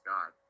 God